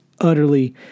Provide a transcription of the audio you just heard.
utterly